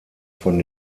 von